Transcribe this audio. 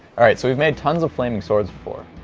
alright, so we've made tons of flaming swords before.